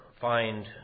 find